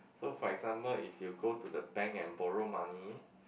so for example if you go to the bank and borrow money